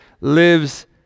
lives